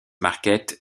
marquet